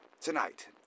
Tonight